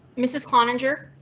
mrs. kline injure.